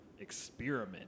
experiment